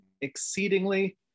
exceedingly